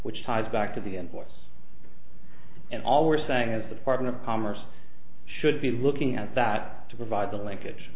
which ties back to the invoice and all we're saying is the department of commerce should be looking at that to provide the linkage